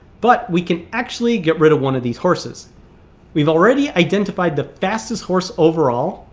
but we can actually get rid of one of these horses we've already identified the fastest horse overall,